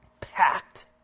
packed